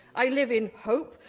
i live in hope,